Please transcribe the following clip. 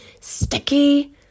sticky